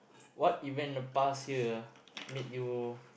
what event in the past year made you